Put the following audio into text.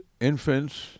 infants